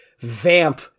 vamp